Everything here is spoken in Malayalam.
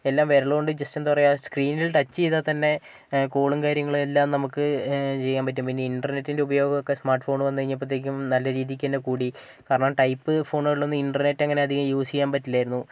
എല്ലാം വിരലുകൊണ്ട് ജസ്റ്റ് എന്താ പറയാ സകീനിൽ ടച്ച് ചെയ്തത്തന്നെ കോളും കാര്യങ്ങളും എല്ലാം നമുക്ക് ചെയ്യാൻ പറ്റും ഇനി ഇന്റർനെറ്റിന്റെ ഉപയോഗമൊക്കെ സ്മാർട്ട് ഫോണ് വന്നു കഴിഞ്ഞപ്പോഴ്ത്തേക്കും നല്ല രീതിക്കന്നെ കൂടി കാരണം ടൈപ്പ് ഫോണുകളിലൊന്നും ഇന്റർനെറ്റ് അങ്ങനെ അധികം യൂസ് ചെയ്യാൻ പറ്റില്ലായിരുന്നു